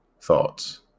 thoughts